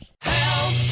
Help